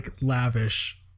lavish